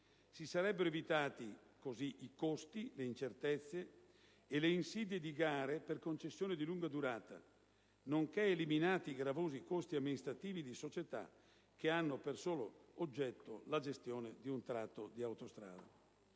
Si sarebbero evitati così i costi, le incertezze e le insidie di gare per concessioni di lunga durata, nonché eliminati i gravosi costi amministrativi di società che hanno per solo oggetto la gestione di un tratto di autostrada.